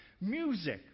Music